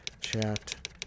chat